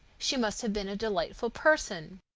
she must have been a delightful person.